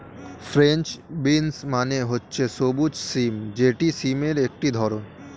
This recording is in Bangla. ফ্রেঞ্চ বিনস মানে হচ্ছে সবুজ সিম যেটি সিমের একটি ধরণ